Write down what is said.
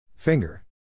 Finger